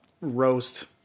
roast